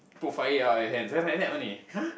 put fire out with your hands then like that only !huh!